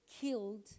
killed